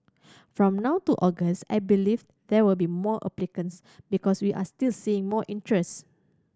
from now to August I believe there will be more applicants because we are still seeing more interest